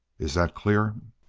is that clear?